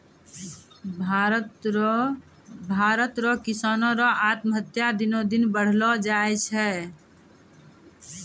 भारत रो किसानो रो आत्महत्या दिनो दिन बढ़लो जाय छै